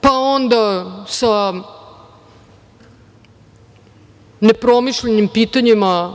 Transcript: Pa onda sa nepromišljenim pitanjima